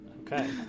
Okay